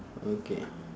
okay